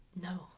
No